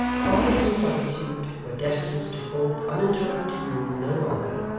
quiet and solitude were destined to hold uninterrupted rule no longer,